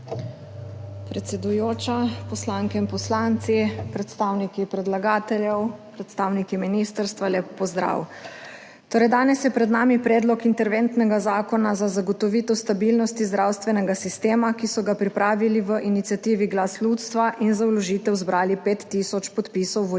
Predsedujoča, poslanke in poslanci, predstavniki predlagateljev, predstavniki ministrstva, lep pozdrav! Torej, danes je pred nami predlog interventnega zakona za zagotovitev stabilnosti zdravstvenega sistema, ki so ga pripravili v iniciativi Glas ljudstva in za vložitev zbrali pet tisoč podpisov volivk